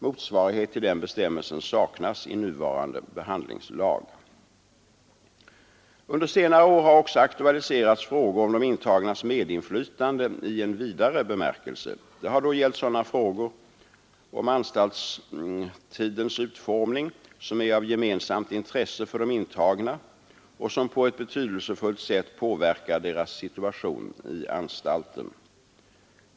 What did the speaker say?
Motsvarighet till den bestämmelsen saknas i nuvarande behandlingslag. Under senare år har också aktualiserats frågor om de intagnas medinflytande i en vidare bemärkelse. Det har då gällt sådana frågor om anstaltsvårdens utformning som är av gemensamt intresse för de intagna och som på ett betydelsefullt sätt påverkar deras situation i anstalten.